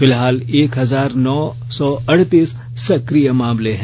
फिलहाल एक हजार नौ अड़तीस सक्रिय मामले हैं